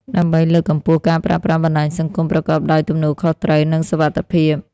ដើម្បីលើកកម្ពស់ការប្រើប្រាស់បណ្តាញសង្គមប្រកបដោយទំនួលខុសត្រូវ និងសុវត្ថិភាព។